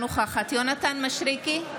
יונתן מישרקי,